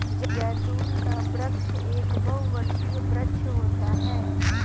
जैतून का वृक्ष एक बहुवर्षीय वृक्ष होता है